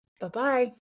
Bye-bye